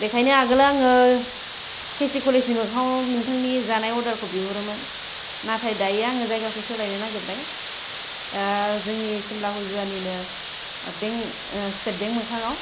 बेखायनो आगोल आङो के सि कलेजनि मोखाङाव नोंथांनि जानाय अर्डारखौ बिहरोमोन नाथाय दायो आङो जायगाखौ सोलायनो नागिरबाय जोंनि सिमला हुजुवानिनो बेंक स्टेट बेंक मोखाङाव